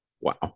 wow